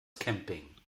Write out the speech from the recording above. camping